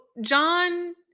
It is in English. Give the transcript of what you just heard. John